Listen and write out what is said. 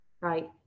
right